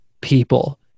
people